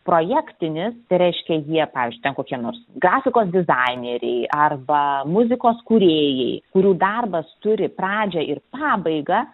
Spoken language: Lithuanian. projektinis tai reiškia jie pavyzdžiui ten kokie nors grafikos dizaineriai arba muzikos kūrėjai kurių darbas turi pradžią ir pabaigą